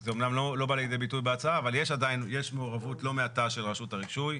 זה אמנם לא בא לידי ביטוי בהצעה אבל יש מעורבות לא מעטה של רשות הרישוי.